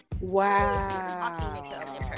Wow